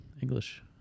English